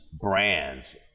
brands